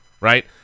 Right